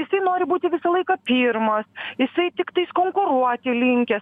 jisai nori būti visą laiką pirmas jisai tiktais konkuruoti linkęs